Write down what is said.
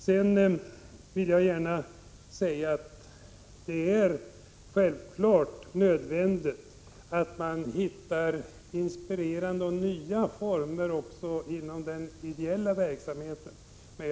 Självklart att det är nödvändigt att man hittar inspirerande och nya former även inom den ideella verksamheten.